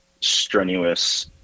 strenuous